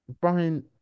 Brian